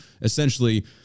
essentially